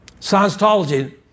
Scientology